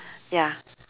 ya